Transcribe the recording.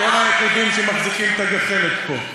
אתם היחידים שמחזיקים את הגחלת פה.